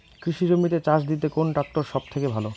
কৃষি জমিতে চাষ দিতে কোন ট্রাক্টর সবথেকে ভালো?